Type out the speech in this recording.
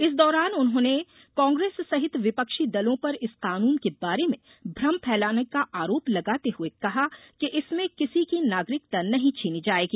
इस दौरान उन्होंने कांग्रेस सहित विपक्षी दलों पर इस कानून के बारे में भ्रम फैलाने का आरोप लगाते हुए कहा कि इसमें किसी की नागरिकता नहीं छीनी जाएगी